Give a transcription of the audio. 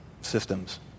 systems